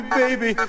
baby